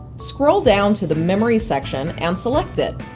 scroll down to the memory section and select it.